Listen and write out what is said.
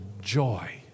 joy